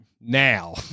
Now